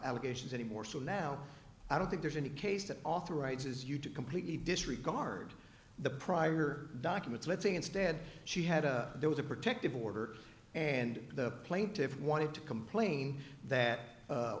allegations anymore so now i don't think there's any case that authorizes you to completely disregard the prior documents letting instead she had a there was a protective order and the plaintiff wanted to complain that